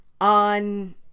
on